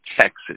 texas